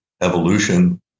evolution